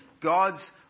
God's